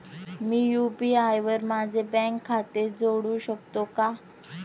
मी UPI वर माझे bank खाते जोडू शकतो का?